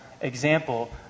example